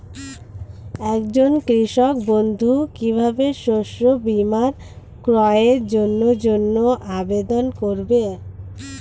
একজন কৃষক বন্ধু কিভাবে শস্য বীমার ক্রয়ের জন্যজন্য আবেদন করবে?